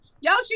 Yoshi